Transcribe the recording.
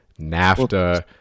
NAFTA